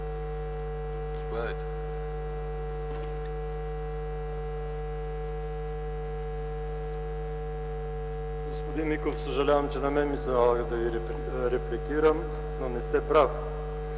Господин Миков, съжалявам, че на мен се налага да Ви репликирам, но не сте прав.